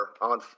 on